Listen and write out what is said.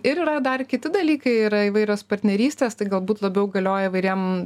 ir yra dar kiti dalykai yra įvairios partnerystės tai galbūt labiau galioja įvairiem